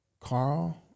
Carl